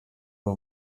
uwo